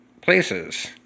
places